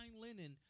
linen